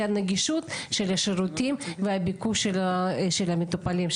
אלא לנגישות לשירותים והביקוש של המטופלים,